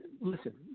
listen